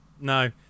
no